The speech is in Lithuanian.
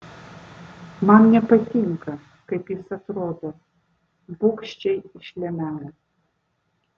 man nepatinka kaip jis atrodo bugščiai išlemeno